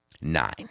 nine